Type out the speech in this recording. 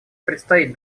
предстоит